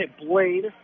Blade